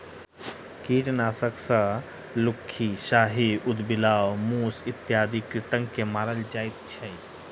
कृंतकनाशक सॅ लुक्खी, साही, उदबिलाइ, मूस इत्यादि कृंतक के मारल जाइत छै